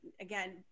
again